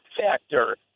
factor